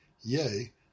Yea